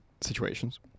situations